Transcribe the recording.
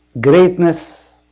Greatness